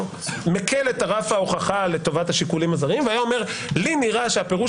מקל את רף ההוכחה לטובת השיקולים הזרים והיה אומר: לי נראה שהפירוש